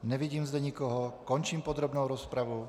Nevidím zde nikoho, končím podrobnou rozpravu.